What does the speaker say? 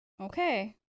Okay